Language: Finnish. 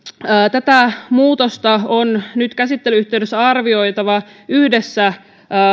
tätä muutosta on nyt käsittelyn yhteydessä arvioitava suhteessa yhdessä